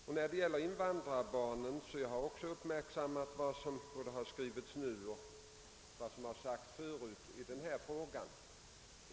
Och när det gäller invandrarbarnen har jag uppmärksammat både vad som skrivits nu och vad som sagts förut i denna fråga.